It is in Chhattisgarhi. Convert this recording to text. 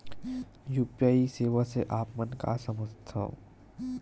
यू.पी.आई सेवा से आप मन का समझ थान?